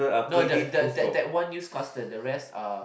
not that that that that one newscaster the rest are